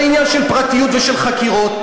זה עניין של פרטיות ושל חקירות,